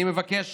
אני מבקש